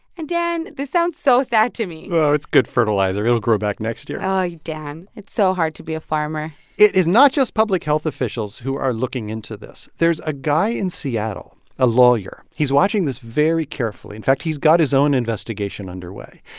and, dan, this sounds so sad to me oh, it's good fertilizer. it'll grow back next year oh, dan, it's so hard to be a farmer it is not just public health officials who are looking into this. there's a guy in seattle, a lawyer. he's watching this very carefully. in fact, he's got his own investigation underway.